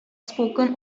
spoken